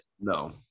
No